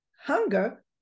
hunger